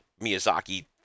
Miyazaki